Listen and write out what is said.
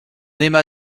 aima